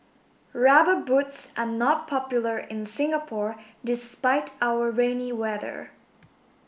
rubber boots are not popular in Singapore despite our rainy weather